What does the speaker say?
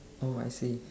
oh I see